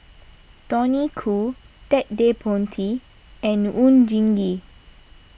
Tony Khoo Ted De Ponti and Oon Jin Gee